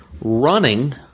running